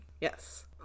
Yes